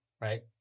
right